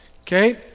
okay